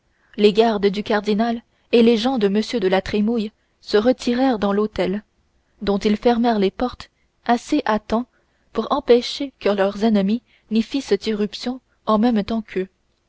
les gardes du cardinal et les gens de m de la trémouille se retirèrent dans l'hôtel dont ils fermèrent les portes assez à temps pour empêcher que leurs ennemis n'y fissent irruption en même temps qu'eux